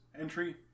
entry